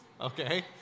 okay